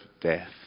death